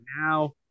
now